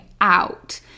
out